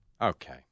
Okay